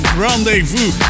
rendezvous